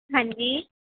ਹਾਂਜੀ